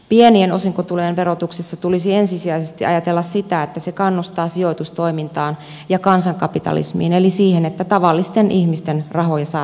pienien osinkotulojen verotuksessa tulisi ensisijaisesti ajatella sitä että se kannustaa sijoitustoimintaan ja kansankapitalismiin eli siihen että tavallisten ihmisten rahoja saataisiin sijoitetuksi yrityksiin